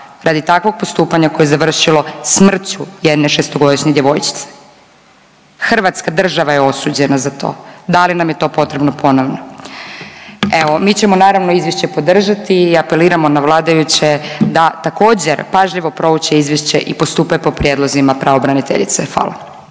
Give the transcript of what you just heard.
radi takvog postupanja koje je završilo smrću jedne šestogodišnje djevojčice. Hrvatska država je osuđena za to, da li nam je to potrebno ponovno. Evo, mi ćemo naravno izvješće podržati i apeliramo na vladajuće da također pažljivo prouče izvješće i postupe po prijedlozima pravobraniteljice. Hvala.